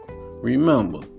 Remember